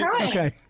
Okay